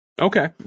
Okay